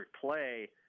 play